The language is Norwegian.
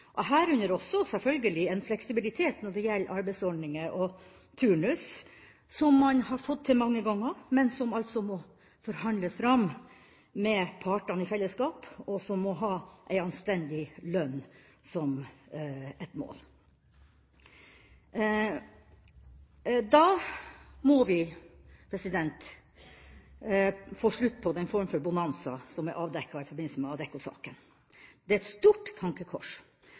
og herunder selvfølgelig også en fleksibilitet når det gjelder arbeidsordninger og turnus. Dette har man fått til mange ganger, men det må altså forhandles fram med partene i fellesskap, og det må ha en anstendig lønn som et mål. Da må vi få slutt på den form for bonanza som er avdekket i forbindelse med Adecco-saken. Det er et stort tankekors